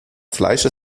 fleischer